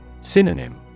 Synonym